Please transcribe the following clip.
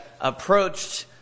approached